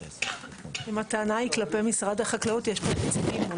אם הטענה היא כלפי משרד החקלאות, יש פה נציגים.